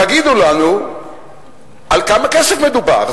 תגידו לנו בכמה כסף מדובר,